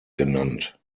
genannt